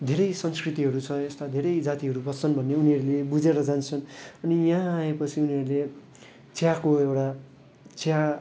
धेरै संस्कृतिहरू छ यस्ता धेरै जातिहरू बस्छन् भन्ने उनीहरूले बुझेर जान्छन् अनि यहाँ आएपछि उनीहरूले चियाको एउटा चिया